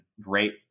great